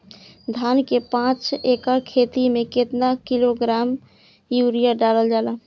धान के पाँच एकड़ खेती में केतना किलोग्राम यूरिया डालल जाला?